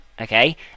Okay